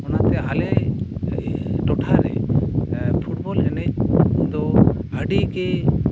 ᱚᱱᱟᱛᱮ ᱟᱞᱮ ᱴᱚᱴᱷᱟᱨᱮ ᱯᱷᱩᱴᱵᱚᱞ ᱮᱱᱮᱡ ᱫᱚ ᱟᱹᱰᱤᱜᱮ